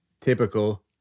typical